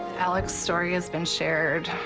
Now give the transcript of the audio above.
alec's story has been shared